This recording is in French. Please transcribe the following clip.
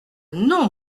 non